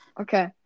Okay